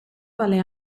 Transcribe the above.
vale